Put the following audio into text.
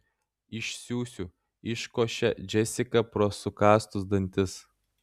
išsiųsiu iškošia džesika pro sukąstus dantis